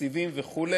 תקציבים וכו',